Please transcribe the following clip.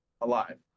alive